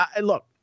look